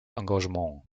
engagement